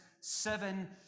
seven